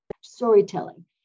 storytelling